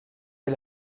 est